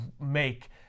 make